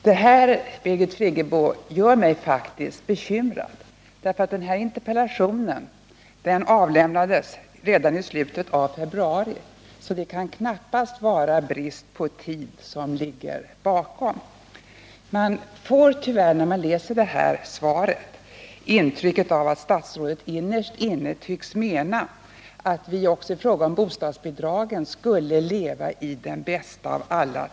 Detta, Birgit Friggebo, gör mig faktiskt bekymrad, därför att den här interpellationen avlämnades redan i slutet av februari, så det kan knappast vara brist på tid som ligger bakom. Man får tyvärr, när man läser svaret, intrycket att statsrådet innerst inne menar att vi också i fråga om bostadsbidragen skulle leva i den bästa av alla .